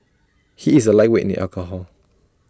he is A lightweight in alcohol